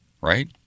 right